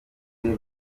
bose